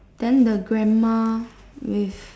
then the grandma with